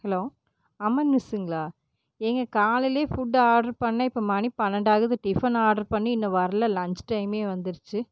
hello அம்மன் மெஸ்சுங்ளா ஏங்க காலைல ஃபுட்டு ஆட்ரு பண்ணேன் இப்போ மணி பன்னண்டாகுது டிஃபன் ஆர்ட்ரு பண்ணி இன்னும் வரல லஞ்ச் டைமே வந்துருச்சி